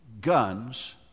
Guns